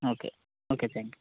okay okay thank you